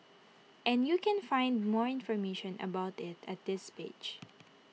and you can find more information about IT at this page